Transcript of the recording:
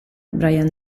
brian